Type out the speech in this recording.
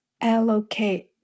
allocate